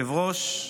היושב-ראש,